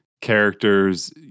characters